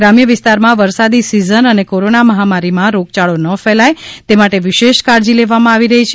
ગ્રામ્ય વિસ્તારમાં વરસાદી સિઝન અને કોરોના મહામારીમાં રોગયાળો ના ફેલાય તે માટે વિશેષ કાળજી લેવામાં આવી રહી છે